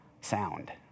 sound